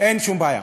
אין שום בעיה.